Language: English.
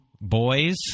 boys